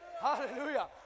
Hallelujah